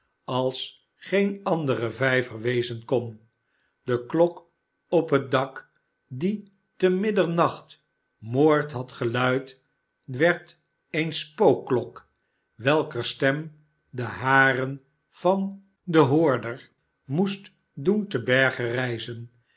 als geen andere vijver wezen kon de klok op het dak die te middernacht moord had geluid werd eene spookklok welker stem de haren van den hoorder moest doen te berge rijzen